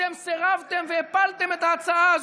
אתם סירבתם והפלתם את ההצעה הזו.